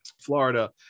Florida